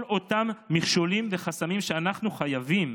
כל אותם מכשולים וחסמים שאנחנו חייבים,